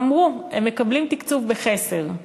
אמרו, הם מקבלים תקצוב בחסר.